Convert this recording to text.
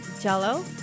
Jello